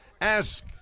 Ask